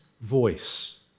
voice